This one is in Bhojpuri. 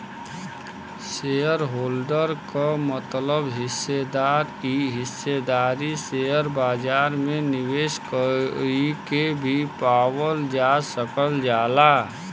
शेयरहोल्डर क मतलब हिस्सेदार इ हिस्सेदारी शेयर बाजार में निवेश कइके भी पावल जा सकल जाला